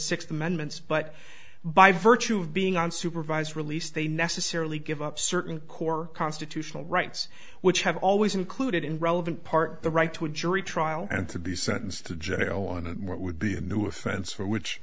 sixth amendments but by virtue of being on supervised release they necessarily give up certain core constitutional rights which have always included in relevant part the right to a jury trial and to be sentenced to jail and what would be a new offense